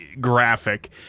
graphic